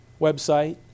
website